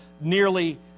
nearly